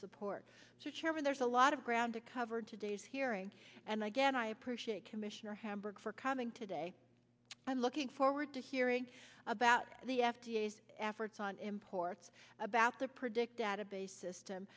support there's a lot of ground to cover today's hearing and again i appreciate commissioner hamburg for coming today i'm looking forward to hearing about the f d a efforts on imports about their predict database system